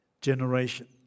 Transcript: generation